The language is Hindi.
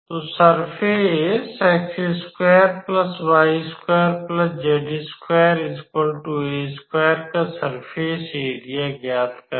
तो सर्फ़ेस का सर्फ़ेस एरिया ज्ञात करें